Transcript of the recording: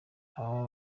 ababa